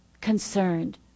concerned